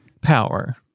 power